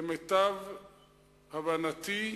למיטב הבנתי,